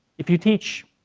if you teach,